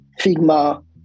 Figma